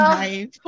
life